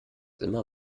immer